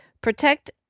protect